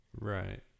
Right